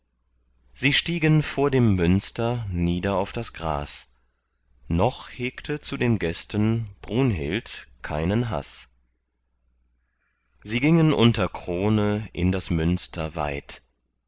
sie stiegen vor dem münster nieder auf das gras noch hegte zu den gästen brunhild keinen haß sie gingen unter krone in das münster weit